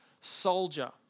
soldier